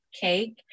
cake